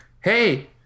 Hey